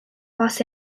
los